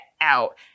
out